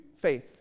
faith